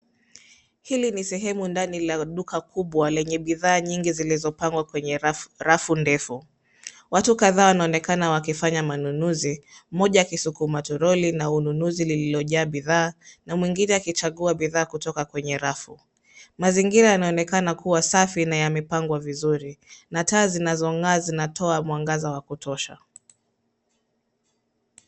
Hili ni sehemu ndani la duka kubwa lenye bidhaa nyingi zilizopangwa kwenye rafu ndefu. Watu kadhaa wanaonekana wakifanya manunuzi mmoja akisukuma toroli na ununuzi lililojaa bidhaa na mwingine akichagua bidhaa kutoka kwenye rafu. Mazingira yanaonekana kuwa safi na yamepangwa vizuri na taa zinazong'aa zinatoa mwangaza wa kutosha.